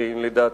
לדעתי,